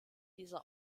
dieser